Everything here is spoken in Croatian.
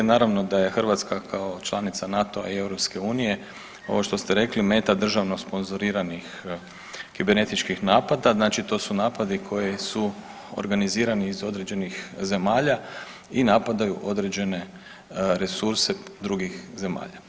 Naravno da je Hrvatska kao članica NATO-a i EU ovo što ste rekli meta državno sponzoriranih kibernetičkih napada, znači to su napadi koji su organizirani iz određenih zemalja i napadaju određene resurse drugih zemalja.